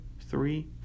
three